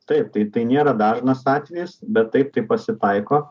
taip tai tai nėra dažnas atvejis bet taip tai pasitaiko